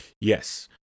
Yes